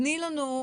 תני לנו,